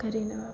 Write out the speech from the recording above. કરીને